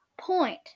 point